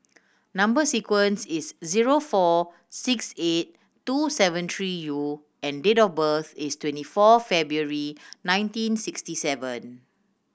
number sequence is T zero four six eight two seven three U and date of birth is twenty four February nineteen sixty seven